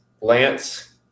Lance